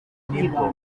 nibwo